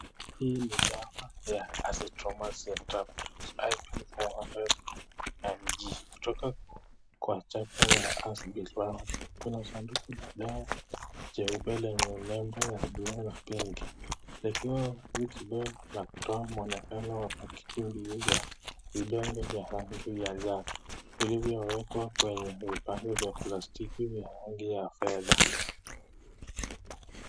Hili ni dawa ya Azithromycin tablets IP 500mg kutoka kampuni ya Azibev . Kuna sanduku la dawa lenye upeleleno mweupe na pink . Likio wazi kidogo unakutana na muonekano wa pakiti mbilimbili za vidonge vya rangi ya zambarau vilivyowekwa kwenye vipande vya plastiki vya rangi ya fedha.